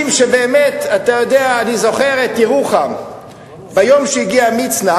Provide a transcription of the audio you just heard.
אני זוכר את ירוחם ביום שהגיע מצנע,